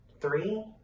three